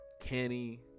Kenny